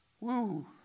Woo